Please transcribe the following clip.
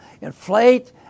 inflate